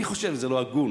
אני חושב שזה לא הגון.